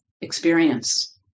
experience